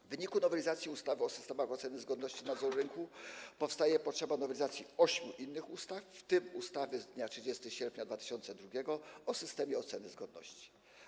W wyniku nowelizacji ustawy o systemach oceny zgodności i nadzoru rynku powstaje potrzeba nowelizacji ośmiu innych ustaw, w tym ustawy z dnia 30 sierpnia 2002 r. o systemie oceny zgodności.